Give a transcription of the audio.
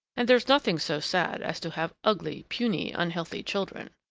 and there's nothing so sad as to have ugly, puny, unhealthy children.